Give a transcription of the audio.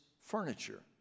furniture